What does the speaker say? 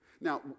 Now